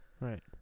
Right